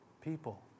people